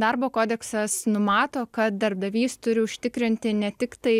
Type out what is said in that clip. darbo kodeksas numato kad darbdavys turi užtikrinti ne tik tai